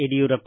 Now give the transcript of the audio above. Yediyurappa